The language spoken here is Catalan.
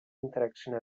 interaccionar